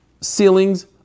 ceilings